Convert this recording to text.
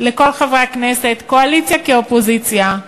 לכל חברי הכנסת, קואליציה כאופוזיציה,